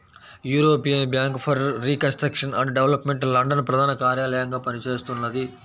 European bank for reconstruction and development London ప్రధాన కార్యాలయంగా పనిచేస్తున్నది